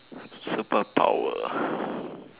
superpower